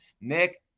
Nick